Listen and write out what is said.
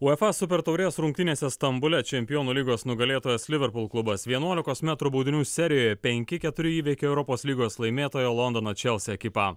uefa super taurės rungtynėse stambule čempionų lygos nugalėtojas liverpool klubas vienuolikos metrų baudinių serijoje penki keturi įveikė europos lygos laimėtoją londono chelsea ekipą